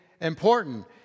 important